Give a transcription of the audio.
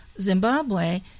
Zimbabwe